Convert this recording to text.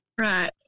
Right